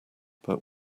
but